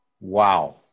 Wow